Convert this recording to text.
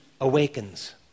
awakens